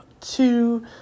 two